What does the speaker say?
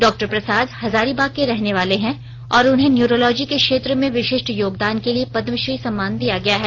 डॉ प्रसाद हजारीबाग के रहने वाले हैं उन्हें न्यूरोलॉजी के क्षेत्र में विशिष्ट योगदान के लिए पद्मश्री सम्मान दिया गया है